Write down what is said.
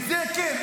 את זה כן,